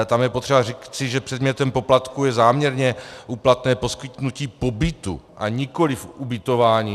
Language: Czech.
Tam je potřeba říci, že předmětem poplatku je záměrně úplatné poskytnutí pobytu a nikoli ubytování.